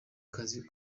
kazi